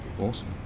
awesome